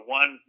one